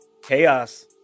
chaos